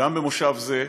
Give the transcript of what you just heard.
גם במושב זה,